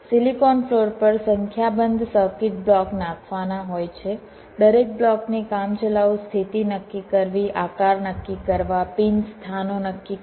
silicon floor પર સંખ્યાબંધ circuit block નાખવાના હોય છે દરેક બ્લોકની કામચલાઉ સ્થિતિ નક્કી કરવી આકાર નક્કી કરવા પિન સ્થાનો નક્કી કરવા